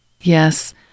Yes